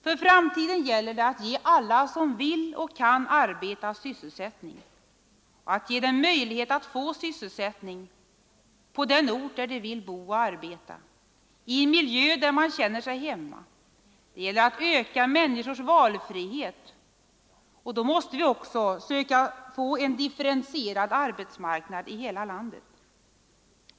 För framtiden gäller det att ge alla som vill och kan arbeta sysselsättning och att ge dem möjlighet att få sysselsättning på den ort där de vill bo och arbeta, i en miljö där man känner sig hemma. Det gäller att öka människors valfrihet, och då måste vi också söka få en differentierad arbetsmarknad i hela landet.